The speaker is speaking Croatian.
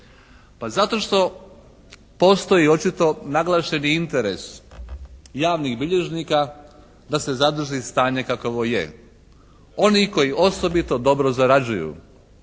Pa zato što postoji očito naglašeni interes javnih bilježnika da se zadrži stanje kakovo je. Oni koji osobito dobro zarađuju.